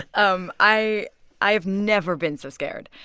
um i i have never been so scared.